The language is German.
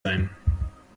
sein